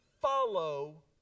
follow